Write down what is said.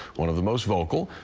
one of the most vocal,